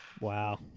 Wow